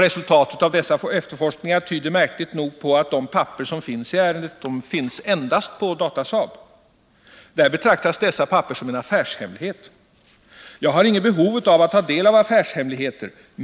Resultatet av dessa efterforskningar är märkligt nog att de papper som finns i ärendet endast finns hos Datasaab och där betraktas de som en affärshemlighet. Jag har inget behov av att ta del av affärshemligheter.